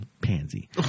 Pansy